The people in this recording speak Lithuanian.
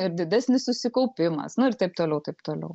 ir didesnis susikaupimas nu ir taip toliau taip toliau